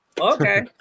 Okay